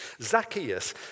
Zacchaeus